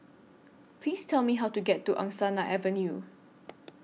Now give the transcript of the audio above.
Please Tell Me How to get to Angsana Avenue